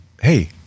hey